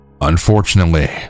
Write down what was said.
Unfortunately